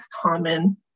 common